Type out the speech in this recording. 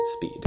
speed